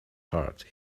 heart